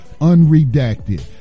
unredacted